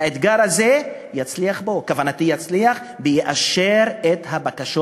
האתגר הזה הוא יצליח בו ויאשר את הבקשות